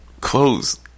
clothes